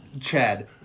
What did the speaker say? Chad